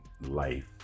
life